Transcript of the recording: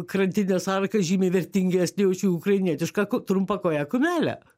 krantinės arka žymiai vertingesnė už jų ukrainietišką trumpakoję kumelę